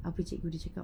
apa cikgu dia cakap